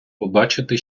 побачити